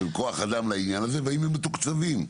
כוח אדם לעניין הזה והאם הם מתוקצבים?